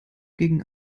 gegen